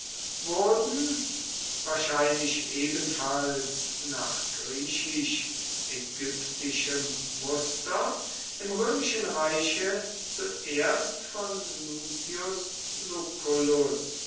wurden wahrscheinlich ebenfalls nach griechisch ägyptischem muster im römischen reiche zuerst von lucius